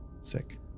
sick